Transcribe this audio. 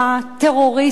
טרוריסטית,